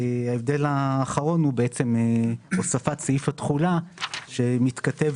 ההבדל האחרון הוא הוספת סעיף התחולה שמתכתב